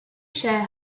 share